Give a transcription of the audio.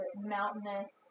mountainous